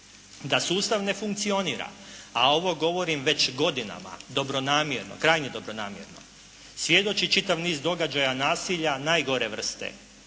Da sustav ne funkcionira, a ovo govorim već godinama dobronamjerno, krajnje dobronamjerno. Svjedoči čitav niz događaja nasilja najgore vrste,